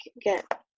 get